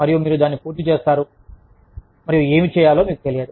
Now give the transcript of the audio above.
మరియు మీరు దాన్ని పూర్తి చేస్తారు మరియు ఏమి చేయాలో మీకు తెలియదు